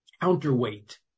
counterweight